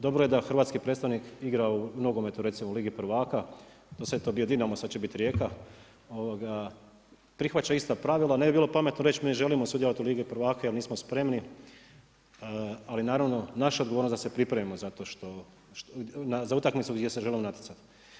Dobro je da hrvatski predstavnik igra u nogometu recimo u Ligi prvaka, do sada je to bio Dinamo, sada će biti Rijeka, prihvaća ista pravila, ne bilo pametno reći mi ne želimo sudjelovati u Ligi prvaka, jer nismo spremani, ali naravno naša odgovornost je da se pripremi za utakmicu gdje se želimo natjecati.